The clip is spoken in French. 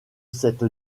cette